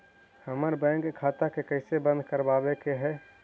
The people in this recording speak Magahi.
हमर बैंक खाता के कैसे बंद करबाबे के है?